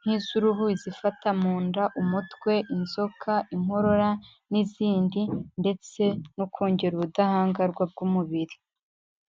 Nk’iz’uruhu, izifata mu nda, umutwe, inzoka, inkorora n'izindi. Ndetse no kongera ubudahangarwa bw'umubiri.